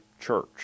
church